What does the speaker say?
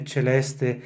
Celeste